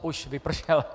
Už vypršel.